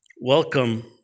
Welcome